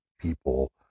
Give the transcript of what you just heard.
people